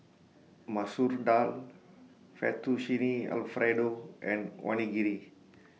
Masoor Dal Fettuccine Alfredo and Onigiri